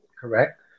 Correct